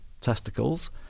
testicles